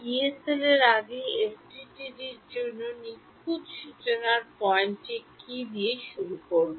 ইয়ে সেল এর আগে এফডিটিডি র জন্য নিখুঁত সূচনার পয়েন্টটি কী দিয়ে শুরু করব